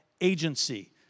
agency